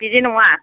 बिदि नङा